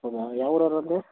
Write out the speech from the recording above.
ಹೌದಾ ಯಾವೂರೊರಂದಿರಿ